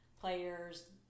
players